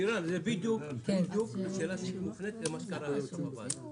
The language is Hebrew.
לירן, השאלה שלי מופנית לגבי מה שקרה ב- --.